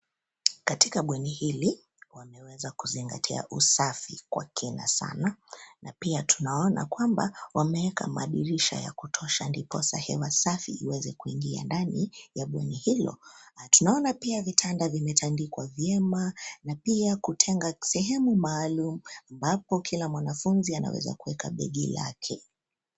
Katika bweni hili wameweza kuzingatia usafi kwa kina sana, na pia tunaona kwamba wameweka madirisha ya kutosha ndiposa hewa safi iweze kuingia ndani ya bweni hilo. Tunaona pia vitanda vimetandikwa vyema na pia kutenga sehemu maalum ambapo kila mwanafunzi anaweza kuweka begi lake.